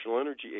Energy